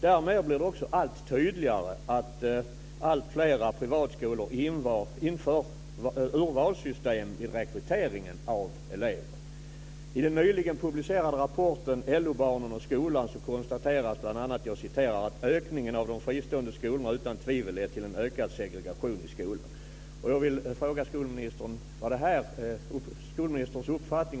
Därmed blir det allt tydligare att alltfler privatskolor inför urvalssystem i rekryteringen av elever. I den nyligen publicerade rapporten LO-barnen och skolan konstateras det bl.a. att ökningen av de fristående skolorna utan tvivel lett till en ökad segregation i skolan. Vad är skolministerns uppfattning?